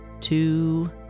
two